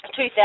2000